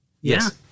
Yes